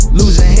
losing